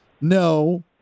no